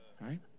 Right